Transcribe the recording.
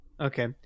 okay